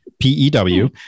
P-E-W